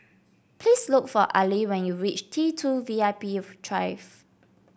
please look for Ali when you reach T two V I P